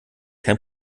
kein